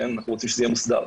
אנחנו רוצים שזה יהיה מוסדר,